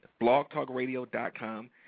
blogtalkradio.com